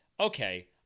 Okay